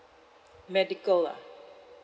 medical ah